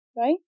right